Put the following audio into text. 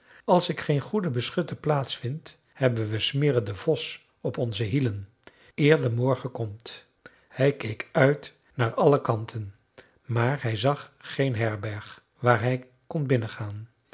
als ik geen goed beschutte plaats vind hebben we smirre den vos op onze hielen eer de morgen komt hij keek uit naar alle kanten maar hij zag geen herberg waar hij kon binnengaan